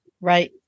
Right